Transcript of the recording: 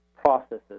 processes